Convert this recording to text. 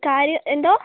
കാര്യം എന്തോ